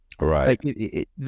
Right